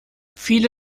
viele